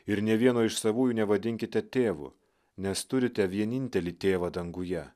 ir nė vieno iš savųjų nevadinkite tėvu nes turite vienintelį tėvą danguje